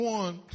one